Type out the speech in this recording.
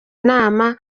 nama